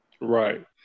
Right